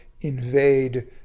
invade